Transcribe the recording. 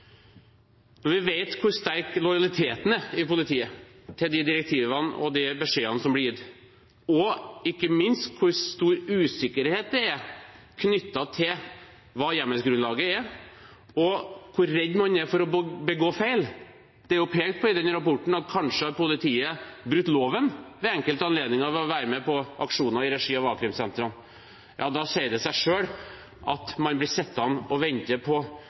Vi vet hvor sterk lojaliteten er i politiet til de direktivene og de beskjedene som blir gitt, og ikke minst hvor stor usikkerhet det er knyttet til hva hjemmelsgrunnlaget er, og hvor redd man er for å begå feil. Det er jo pekt på i denne rapporten at politiet kanskje bryter loven ved enkelte anledninger ved å være med på aksjoner i regi av a-krimsentrene. Da sier det seg selv at man blir sittende og vente på